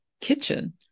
kitchen